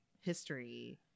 history